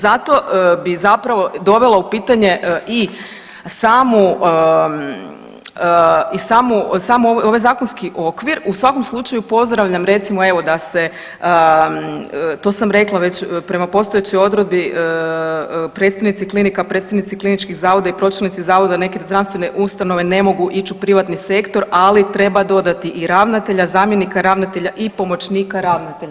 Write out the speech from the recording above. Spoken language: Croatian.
Zato bi zapravo dovela u pitanje i samu i samu, samo ovaj zakonski okvir, u svakom slučaju pozdravljam recimo evo da se, to sam rekla već, prema postojećoj odredbi predstojnici klinika, predstojnici kliničkih zavoda i pročelnici zavoda neke zdravstvene ustanove ne mogu ić u privatni sektor , ali treba dodati i ravnatelja, zamjenika ravnatelja i pomoćnika ravnatelja.